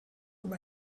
über